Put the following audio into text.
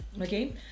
Okay